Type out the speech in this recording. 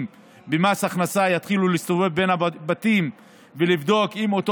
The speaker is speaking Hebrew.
של מס הכנסה יתחילו להסתובב בין הבתים לבדוק אם אותו